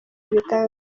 ibitangaza